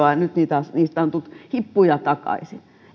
niistä on tullut hippuja takaisin